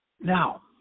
Now